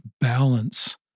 balance